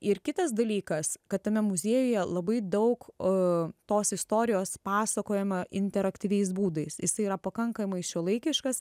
ir kitas dalykas kad tame muziejuje labai daug o tos istorijos pasakojama interaktyviais būdais jisai yra pakankamai šiuolaikiškas